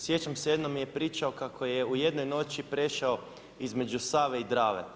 Sjećam se jednom mi je pričao kako je u jednoj noći prešao između Save i Drave.